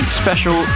special